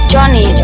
Johnny